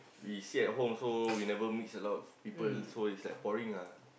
we sit at home also we never mix a lot of people so it's like boring ah